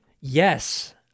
yes